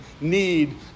need